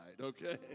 okay